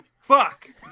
fuck